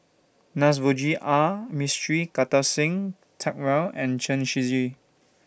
Navroji R Mistri Kartar Singh Thakral and Chen Shiji